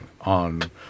on